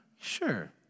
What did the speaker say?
Sure